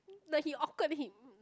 like he awkward then he